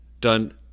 done